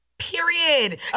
period